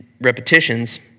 repetitions